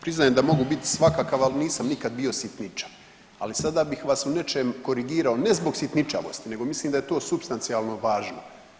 Priznajem da mogu biti svakakav, ali nisam nikad bio sitničav, ali sada bih vas u nečem korigirao ne zbog sitničavosti nego mislim da je to supstancijalno važno.